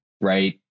right